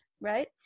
right